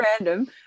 random